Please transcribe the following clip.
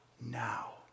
now